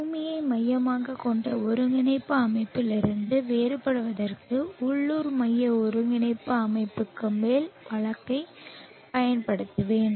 பூமியை மையமாகக் கொண்ட ஒருங்கிணைப்பு அமைப்பிலிருந்து வேறுபடுவதற்கு உள்ளூர் மைய ஒருங்கிணைப்பு அமைப்புக்கு மேல் வழக்கைப் பயன்படுத்துவேன்